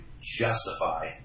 justify